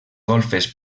golfes